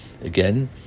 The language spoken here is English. again